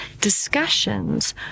discussions